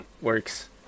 works